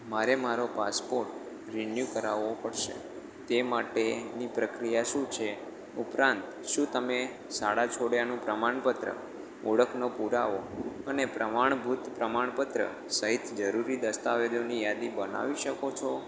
મારે મારો passport renew કરાવવો પડશે તે માટેની પ્રક્રિયા શું છે ઉપરાંત શું તમે શાળા છોડ્યાનું પ્રમાણપત્ર ઓળખનો પુરાવો અને પ્રમાણભૂત પ્રમાણપત્ર સહિત જરૂરી દસ્તાવેજોની યાદી બનાવી શકો છો